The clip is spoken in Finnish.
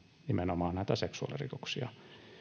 nimenomaan näitä seksuaalirikoksia